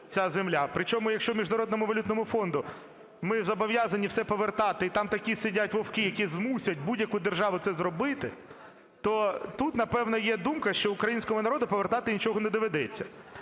Причому, якщо Міжнародному валютному фонду ми зобов'язані все повертати, і там такі сидять вовки, які змусять будь-яку державу це зробити то тут, напевно, є думка, що українському народу повертати нічого не доведеться,